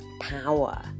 power